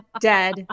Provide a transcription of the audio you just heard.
dead